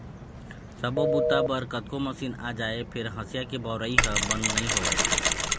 सब्बो बूता बर कतको मसीन आ जाए फेर हँसिया के बउरइ ह बंद नइ होवय